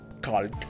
Cult